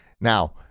Now